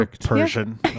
persian